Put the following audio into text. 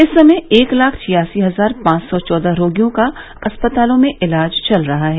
इस समय एक लाख छियासी हजार पांच सौ चौदह रोगियों का अस्पतालों में इलाज चल रहा है